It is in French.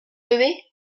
levé